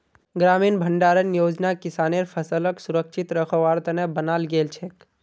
ग्रामीण भंडारण योजना किसानेर फसलक सुरक्षित रखवार त न बनाल गेल छेक